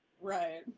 Right